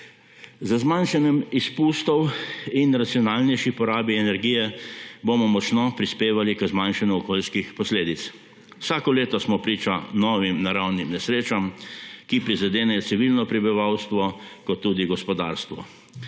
Z zmanjšanjem izpustov in racionalnejšo porabo energije bomo močno prispevali k zmanjšanju okoljskih posledic. Vsako leto smo priča novim naravnim nesrečam, ki prizadenejo civilno prebivalstvo kot tudi gospodarstvo.